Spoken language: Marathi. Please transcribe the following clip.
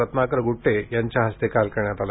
रत्नाकर गुड्टे यांच्या हस्ते काल करण्यात आलं